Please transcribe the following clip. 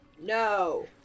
no